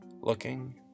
looking